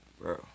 Bro